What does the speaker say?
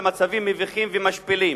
למצבים מביכים ומשפילים.